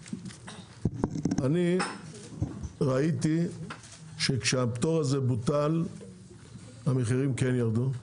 אני ראיתי שכאשר הפטור הזה בוטל המחירים כן ירדו,